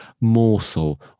morsel